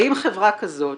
האם חברה כזאת